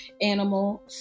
animal